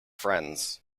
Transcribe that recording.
friends